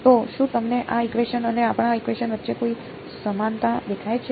તો શું તમને આ ઇકવેશન અને આપણા ઇકવેશન વચ્ચે કોઈ સમાનતા દેખાય છે